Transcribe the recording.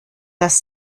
dass